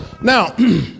Now